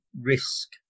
risk